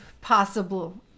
possible